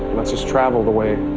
lets us travel the way a